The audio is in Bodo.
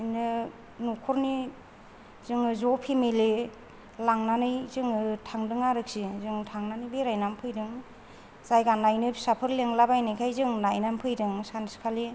बिदिनो न'खरनि जोङो ज' फेमिलि यै लांनानै जोङो थांदों आरोखि जों थांनानै बेरायनानै फैदों जायगा नायनो फिसाफोर लेंला बायनायखाय जों थांनानै फैदों सानसेखालि